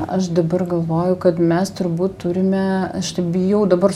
aš dabar galvoju kad mes turbūt turime aš tik bijau dabar